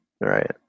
Right